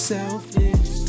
Selfish